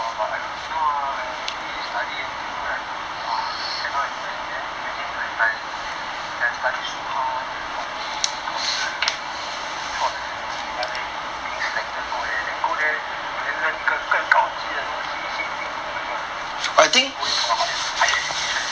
!wah! but now ah I really study until like !wah! cannot already man then imagine if I I study so hard then finally you know 考试 get a 不错的成绩 ya then being selected to go there and then go there then learn 一个更高级的东西 same thing oh my god it's like going for higher higher education like that